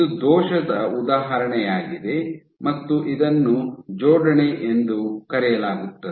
ಇದು ದೋಷದ ಉದಾಹರಣೆಯಾಗಿದೆ ಮತ್ತು ಇದನ್ನು ಜೋಡಣೆ ಎಂದು ಕರೆಯಲಾಗುತ್ತದೆ